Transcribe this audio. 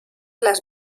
las